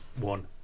one